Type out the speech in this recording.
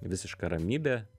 visiška ramybė